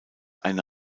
eine